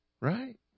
Right